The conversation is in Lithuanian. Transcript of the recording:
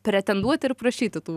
pretenduoti ir prašyti tų